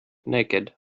naked